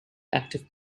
active